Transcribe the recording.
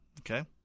Okay